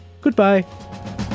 Goodbye